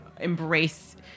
embrace